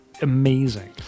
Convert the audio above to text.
Amazing